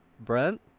Brent